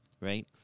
Right